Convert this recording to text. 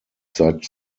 seit